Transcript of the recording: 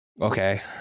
Okay